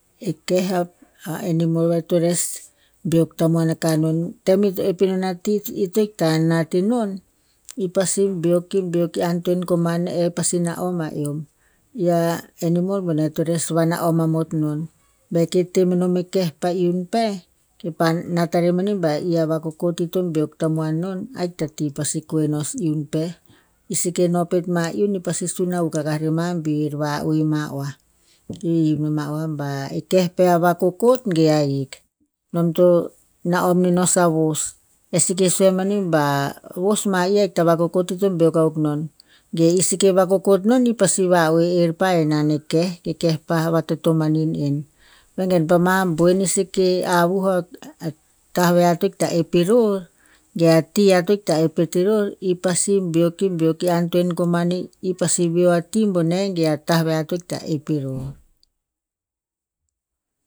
Eh keh a animal o to nes beok tamuan akah non, tem ito ep inon ti ir to ita nat enon, ir pasi beok kir beok ki antoen koman eh pasi naom a eom. I a animal boneh to nes naom amot non. Ba e ke temenom a keh pa iun pe, kir pa nat a rer mani ba i a va kokot i to beok tamuan non. Ahik ta ti pasi kwe nos iun pe. I seke noh pet ma iun, ir pasi sun a huk aka rer ma bi ir va oema oa. Ki hiv ma oa ba, "e keh pe a vakokot ge ahik, nom to na'om nih nos a vos." E seke sue a mani ba, vosma i aik ta vakokot, ito beok akuk non. Ge i seke vakokot non, ir pasi va oe err pa henan e keh. E keh pah vatotomanin en. Vengen pa ma boen i seke avuh non ta veh ar ikta ep iror, ge ati ear ikta ep pet iror. I pasi beok ki beok ki antoen koman i pasi veo a ti boneh, ge a taveh ar ita ep iror.